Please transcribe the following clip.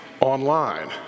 online